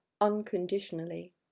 unconditionally